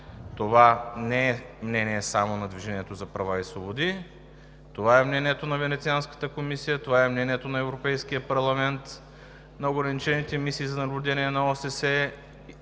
Това не е мнение само на „Движението за права и свободи“. Това е мнението на Венецианската комисия, това е мнението на Европейския парламент, на ограничените мисии за наблюдение на ОСС,